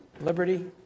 Liberty